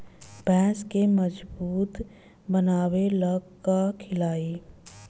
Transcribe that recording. भैंस के मजबूत बनावे ला का खिलाई?